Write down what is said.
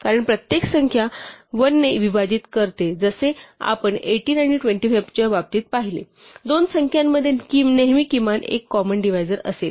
कारण प्रत्येक संख्या 1 ने विभाजित करते जसे आपण 18 आणि 25 च्या बाबतीत पाहिले दोन संख्यांमध्ये नेहमी किमान एक कॉमन डिव्हायजर असेल